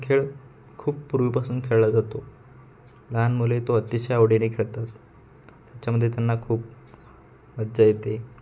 खेळ खूप पूर्वीपासून खेळला जातो लहान मुले तो अतिशय आवडीने खेळतात त्याच्यामध्ये त्यांना खूप मजा येते